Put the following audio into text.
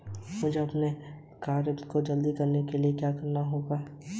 मुझे अपने ऋण की अवधि बढ़वाने के लिए क्या करना होगा?